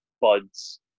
Bud's